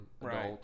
right